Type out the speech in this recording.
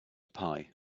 pie